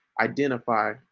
identify